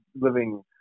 living